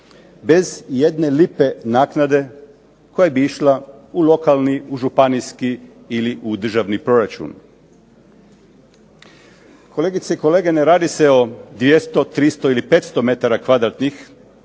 bez ijedne lipe naknade koja bi išla u lokalni, županijski ili državni proračun. Kolegice i kolege ne radi se o 200, 300 ili 500 metara kvadratnih,